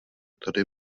tady